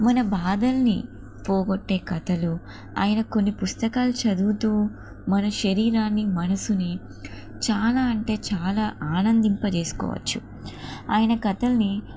మన బాధల్ని పోగొట్టే కథలు ఆయన కొన్ని పుస్తకాలు చదువుతూ మన శరీరాన్ని మనసుని చాలా అంటే చాలా ఆనందింప చేసుకోవచ్చు ఆయన కథల్ని